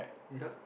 yup